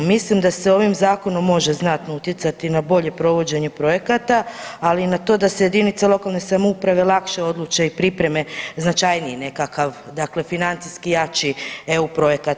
Mislim da se ovim Zakonom može znatno utjecati na bolje provođenje projekata, ali i na to da se jedinice lokalne samouprave lakše odluče i pripreme značajniji nekakav, dakle financijski jači EU projekat.